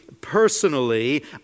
personally